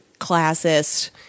classist